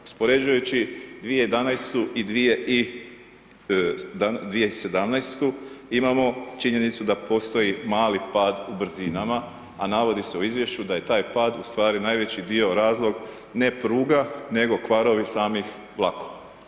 Uspoređujući 2011. i 2017. imamo činjenicu da postoji mali pad u brzinama, a navodi se u izvješću da je taj pad ustvari najveći dio razlog, ne pruga nego kvarovi samih vlakova.